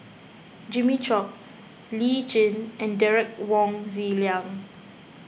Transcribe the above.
Jimmy Chok Lee Tjin and Derek Wong Zi Liang